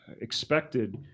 expected